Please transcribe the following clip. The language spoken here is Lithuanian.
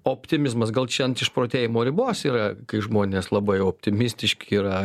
optimizmas gal čia ant išprotėjimo ribos yra kai žmonės labai optimistiški yra